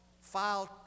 filed